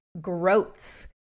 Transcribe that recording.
groats